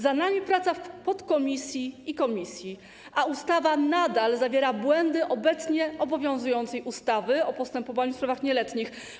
Za nami praca w podkomisji i komisji, a ustawa nadal zawiera błędy obecnie obowiązującej ustawy o postępowaniu w sprawach nieletnich.